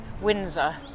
Windsor